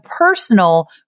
personal